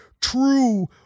true